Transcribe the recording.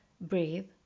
breathe